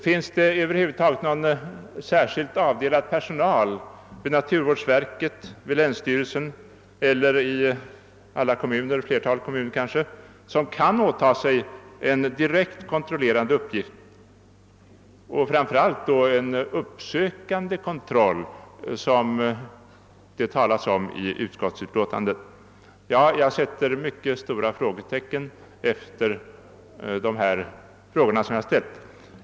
Finns det över huvud taget någon särskilt avdelad personal vid naturvårdsverket, vid länsstyrelsen eller i kommunerna som kan åta sig en direkt kontrollerande uppgift och framför allt då en uppsökande kontroll, som det talas om i utskottsutlåtandet? Jag sätter mycket stora frågetecken efter dessa frågor.